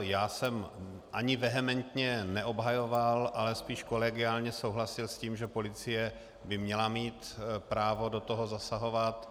Já jsem ani vehementně neobhajoval, ale spíš kolegiálně souhlasil s tím, že policie by měla mít právo do toho zasahovat.